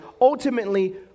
ultimately